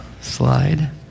slide